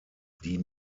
die